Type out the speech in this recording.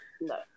No